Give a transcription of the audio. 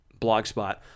Blogspot